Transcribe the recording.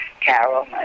Carol